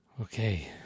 Okay